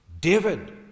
David